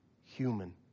human